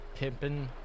pimpin